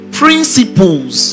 principles